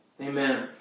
amen